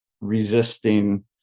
resisting